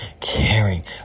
caring